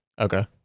Okay